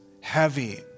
heavy